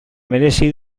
merezi